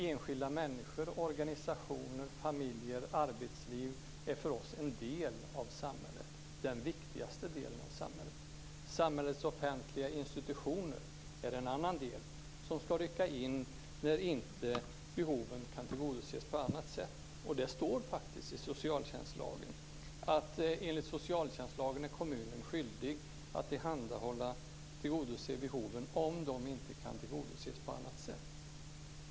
Enskilda människor, organisationer, familjer, arbetsliv, är för oss en del av samhället, den viktigaste delen av samhället. Samhällets offentliga institutioner är en annan del som ska rycka in när behoven inte kan tillgodoses på annat sätt. Det står faktiskt i socialtjänstlagen att kommunen är skyldig att tillgodose behoven om de inte kan tillgodoses på annat sätt.